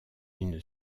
une